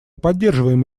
поддерживаем